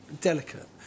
delicate